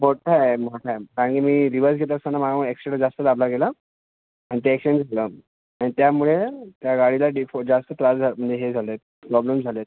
मोठा आहे मोठा आहे आणि मी रिवर्स घेत असताना माझ्याकडून ॲक्सिलेटर जास्त दाबला गेला आणि ते ॲक्शिडंट झाला आणि त्यामुळे त्या गाडीचा डिफो जास्त त्रास झाला म्हणजे हे झालं आहे प्रॉब्लेम झाले आहेत